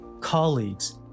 colleagues